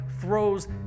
throws